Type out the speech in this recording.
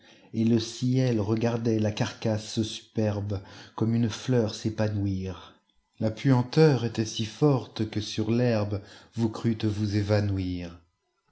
et le ciel regardait la carcasse superbecomme une fleur s'épanouir la puanteur était si forte que sur l'herbevous crûtes vous évanouir